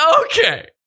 Okay